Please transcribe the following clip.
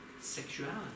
sexuality